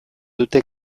dute